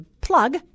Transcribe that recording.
plug